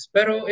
Pero